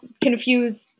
confuse